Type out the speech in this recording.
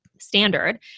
standard